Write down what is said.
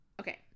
Okay